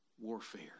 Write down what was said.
warfare